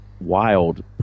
wild